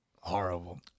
horrible